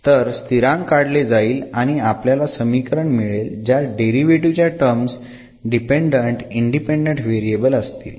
तर स्थिरांक काढले जाईल आणि आपल्याला समीकरण मिळेल ज्यात डेरिव्हेटीव्ह च्या टर्म्स डिपेंडंट आणि इंडिपेंडंट व्हेरिएबल्स असतील